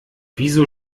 wieso